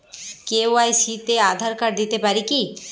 KYC তে Aadhaar card দিতে পারি কি?